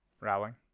Rowling